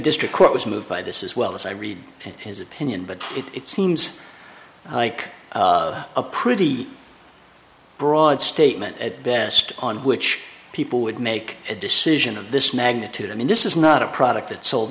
district court was moved by this is well as i read his opinion but it seems like a pretty broad statement at best on which people would make a decision of this magnitude i mean this is not a product that sold